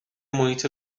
محیط